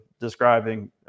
describing